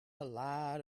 lot